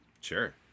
Sure